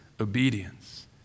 obedience